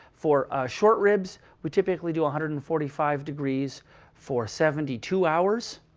for short ribs, we typically do one hundred and forty five degrees for seventy two hours.